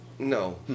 No